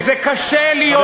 וזה קשה להיות מיעוט.